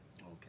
Okay